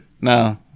No